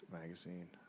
magazine